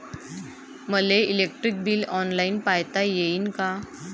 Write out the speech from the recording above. मले electric bill online पायता येईन का?